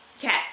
Cat